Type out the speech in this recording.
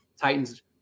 Titans